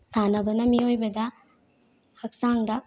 ꯁꯥꯟꯅꯕꯅ ꯃꯤꯑꯣꯏꯕꯗ ꯍꯛꯆꯥꯡꯗ